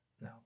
No